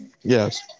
Yes